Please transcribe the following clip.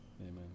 Amen